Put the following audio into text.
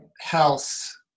health